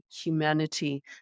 humanity